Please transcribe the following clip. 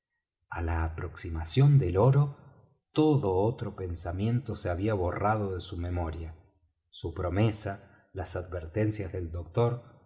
á la aproximación del oro todo otro pensamiento se había borrado de su memoria su promesa las advertencias del doctor